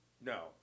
No